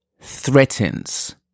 threatens